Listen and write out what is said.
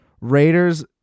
Raiders